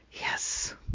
Yes